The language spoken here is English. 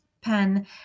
pen